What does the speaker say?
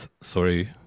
sorry